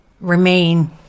remain